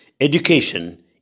education